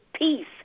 peace